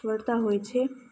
વળતાં હોય છે